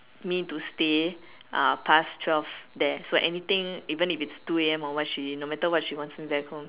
me to stay uh past twelve there so anything even if it's two A M or what she no matter what she wants me back home